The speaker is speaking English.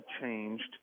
changed